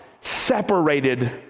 separated